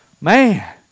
Man